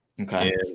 Okay